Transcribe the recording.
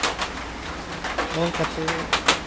ᱚᱞ ᱠᱟᱛᱮ